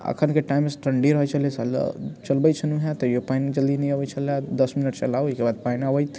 एखनके टाइम ठण्डी रहै छलै चलबै छलहुँ हैं तैयो पानि जल्दी नहि अबै छलै दस मिनट चलाउ ओइके बाद पानि अबैत